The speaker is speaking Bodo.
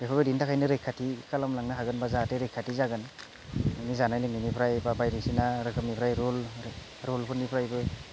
बेफोरबायदिनि थाखायनो रैखाथि खालामलांनो हागोन बा जाहाथे रैखाथि जागोन नोंनि जानाय लोंनायनिफ्राय एबा बायदिसिना रोखोमनिफ्राय रुलफोरनिफ्रायबो